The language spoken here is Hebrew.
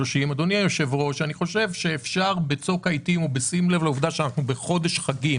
אני חושב שבצוק העיתים ובשים לב שאנחנו בחודש חגים